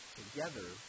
together